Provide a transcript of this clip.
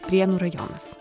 prienų rajonas